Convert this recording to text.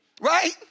Right